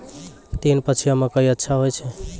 तीन पछिया मकई अच्छा होय छै?